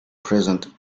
present